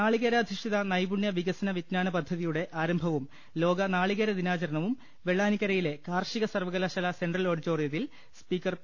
നാളികേരാധിഷ്ഠിത നൈപുണ്യ വികസന വിജ്ഞാന പദ്ധതിയുടെ ആരംഭവും ലോകനാളികേര ദിനാചരണവും വെള്ളാനിക്കരയിലെ കാർഷിക സർവകലാശാല സെൻട്രൽ ഓഡിറ്റോറിയത്തിൽ സ്പീക്കർ പി